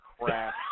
crap